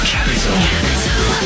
Capital